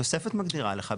התוספת מגדירה לך,